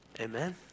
Amen